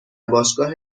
باشگاه